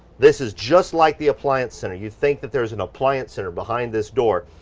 this is just like the appliance center. you think that there is an appliance center behind this door.